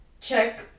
check